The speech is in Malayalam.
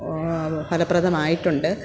ഫലപ്രദമായിട്ടുണ്ട്